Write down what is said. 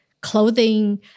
Clothing